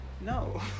No